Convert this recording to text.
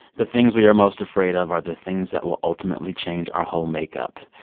the things we are most afraid of are the things that will ultimately change our whole makeup.